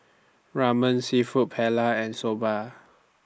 Ramen Seafood Paella and Soba